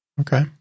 Okay